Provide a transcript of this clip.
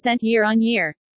year-on-year